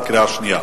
בקריאת שנייה.